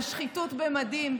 על שחיתות במדים.